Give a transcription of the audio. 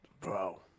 bro